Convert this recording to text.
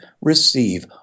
receive